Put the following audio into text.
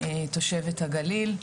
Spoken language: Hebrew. תושבת הגליל,